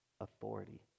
authority